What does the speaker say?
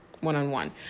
one-on-one